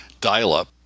dial-up